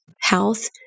health